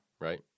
right